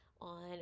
on